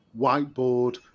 whiteboard